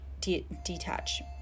detach